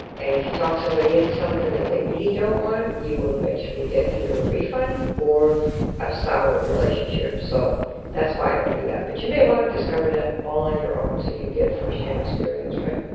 and if you talk somebody into something that they really don't want, you will eventually get either a refund or a sour relationship, so that's why i don't do that, but you may want to discover that all on your own, so you get firsthand experience, right?